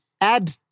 Add